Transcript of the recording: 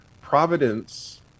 Providence